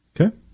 Okay